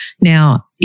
now